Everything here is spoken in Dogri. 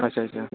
अच्छा अच्छा